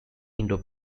indo